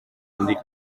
indica